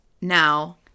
Now